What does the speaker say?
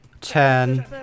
ten